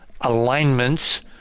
alignments